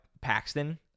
Paxton